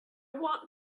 want